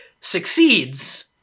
succeeds